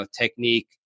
technique